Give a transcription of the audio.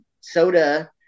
soda